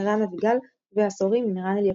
ערן אביגל ו"עשורים" עם ערן אליקים.